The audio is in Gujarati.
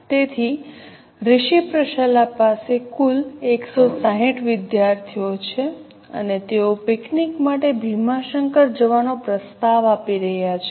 તેથી રિશી પ્રશાલા પાસે કુલ 160 વિદ્યાર્થીઓ છે અને તેઓ પીકનીક માટે ભીમાશંકર જવાનો પ્રસ્તાવ આપી રહ્યા છે